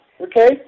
okay